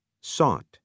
Sought